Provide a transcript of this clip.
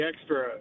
extra